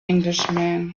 englishman